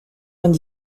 vingt